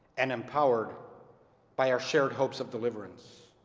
and empowered by our shared hopes of deliverance.